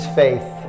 faith